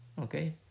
Okay